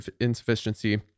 insufficiency